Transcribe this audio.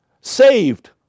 saved